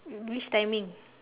which timing